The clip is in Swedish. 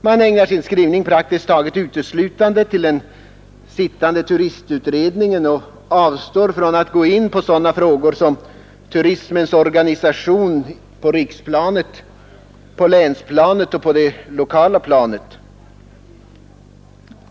Man ägnar sin skrivning praktiskt taget uteslutande åt den sittande turistutredningen och avstår från att gå in på sådana frågor som turismens organisation på riksplanet, på länsplanet och på det lokala planet.